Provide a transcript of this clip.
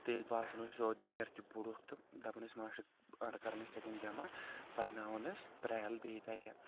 تہٕ ییٚلہِ باسان اوس یہِ ووت دِگر تہِ بوٚرُتھ تہٕ دپان ٲسۍ ماشٹر کر کران ٲسۍ تتٮ۪ن جمع پڑناوان ٲسۍ پرٛیل بیٚیہِ تتٮ۪ن